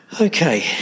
Okay